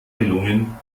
gelungen